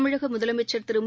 தமிழகமுதலமைச்சர் திருமு